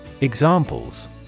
Examples